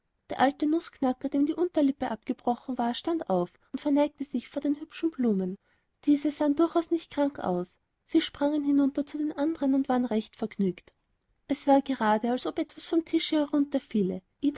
der alte nußknacker dem die unterlippe abgebrochen war stand auf und verneigte sich vor den hübschen blumen diese sahen durchaus nicht krank aus sie sprangen hinunter zu den andern und waren recht vergnügt es war gerade als ob etwas vom tische